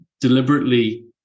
deliberately